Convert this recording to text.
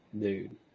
dude